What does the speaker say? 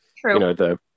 True